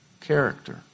character